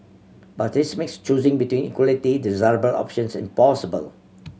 but this makes choosing between equally desirable options impossible